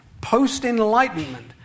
post-enlightenment